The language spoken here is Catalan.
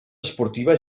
esportiva